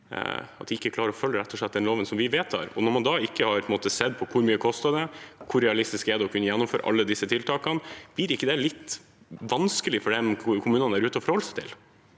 slett ikke klarer å følge den loven som vi vedtar? Når man ikke har sett på hvor høye kostnader det er, hvor realistisk er det å kunne gjennomføre alle disse tiltakene? Blir det ikke litt vanskelig for kommunene der ute å forholde seg til?